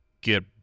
get